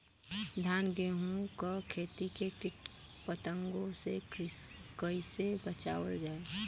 धान गेहूँक खेती के कीट पतंगों से कइसे बचावल जाए?